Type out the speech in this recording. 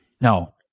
No